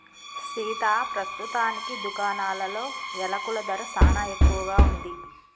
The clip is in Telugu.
సీతా పస్తుతానికి దుకాణాలలో యలకుల ధర సానా ఎక్కువగా ఉంది